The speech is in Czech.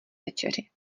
večeři